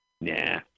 Nah